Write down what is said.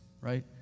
right